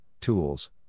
tools